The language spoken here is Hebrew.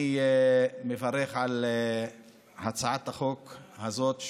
אני מברך על הצעת החוק הזאת,